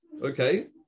Okay